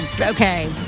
Okay